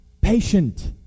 patient